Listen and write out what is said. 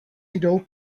jdou